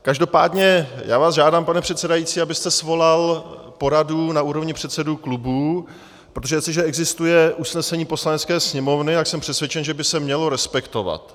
Každopádně já vás žádám, pane předsedající, abyste svolal poradu na úrovni předsedů klubů, protože jestliže existuje usnesení Poslanecké sněmovny, tak jsem přesvědčen, že by se mělo respektovat.